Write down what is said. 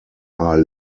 are